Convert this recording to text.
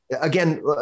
Again